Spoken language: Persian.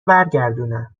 برگردونم